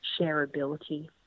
shareability